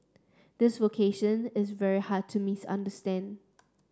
this vocation is very hard to misunderstand